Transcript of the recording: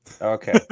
Okay